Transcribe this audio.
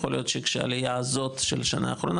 יכול להיות שהעלייה הזאת של שנה אחרונה